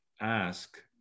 ask